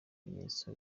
ibimenyetso